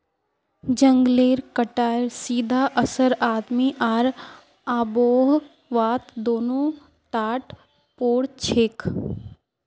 जंगलेर कटाईर सीधा असर आदमी आर आबोहवात दोनों टात पोरछेक